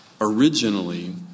originally